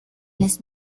las